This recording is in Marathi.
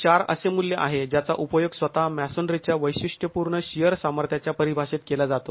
४ असे मूल्य आहे ज्याचा उपयोग स्वतः मॅसोनरीच्या वैशिष्ट्यपूर्ण शिअर सामर्थ्याच्या परिभाषेत केला जातो